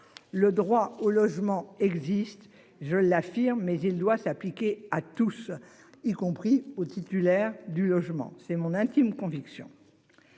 Le droit au logement existe, je l'affirme mais il doit s'appliquer à tous y compris aux titulaires du logement c'est mon intime conviction.